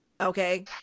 Okay